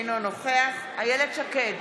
אינו נוכח איילת שקד,